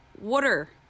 Water